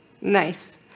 Nice